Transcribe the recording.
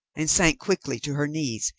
and sank quickly to her knees,